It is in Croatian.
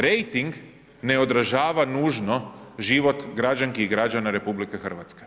Rejting ne odražava nužno život građanki i građana RH.